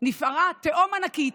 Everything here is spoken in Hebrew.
נפערה תהום ענקית.